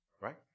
right